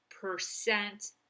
percent